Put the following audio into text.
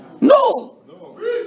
No